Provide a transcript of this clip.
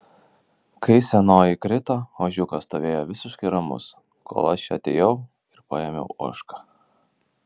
kai senoji krito ožiukas stovėjo visiškai ramus kol aš atėjau ir paėmiau ožką